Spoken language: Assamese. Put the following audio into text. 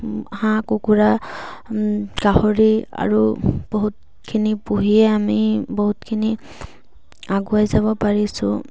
হাঁহ কুকুৰা গাহৰি আৰু বহুতখিনি পুহিয়ে আমি বহুতখিনি আগুৱাই যাব পাৰিছোঁ